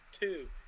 two